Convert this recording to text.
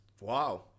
wow